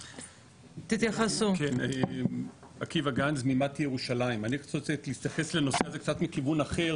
אני רציתי להתייחס לנושא הזה קצת מכיוון אחר.